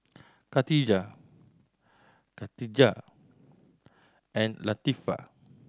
Khatijah Katijah and Latifa